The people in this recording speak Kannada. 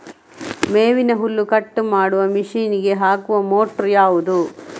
ಮೇವಿನ ಹುಲ್ಲು ಕಟ್ ಮಾಡುವ ಮಷೀನ್ ಗೆ ಹಾಕುವ ಮೋಟ್ರು ಯಾವುದು?